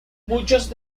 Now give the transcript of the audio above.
muchos